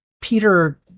Peter